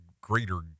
greater